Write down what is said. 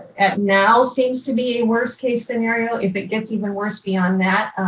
now seems to be a worst case scenario. if it gets even worse beyond that,